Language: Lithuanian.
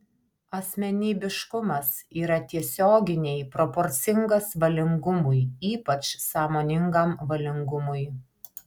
asmenybiškumas yra tiesioginiai proporcingas valingumui ypač sąmoningam valingumui